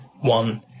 one